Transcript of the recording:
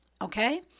okay